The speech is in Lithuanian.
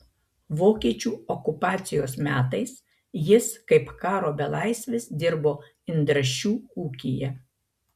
vokiečių okupacijos metais jis kaip karo belaisvis dirbo indrašių ūkyje